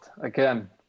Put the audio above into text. again